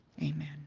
Amen